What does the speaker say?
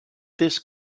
this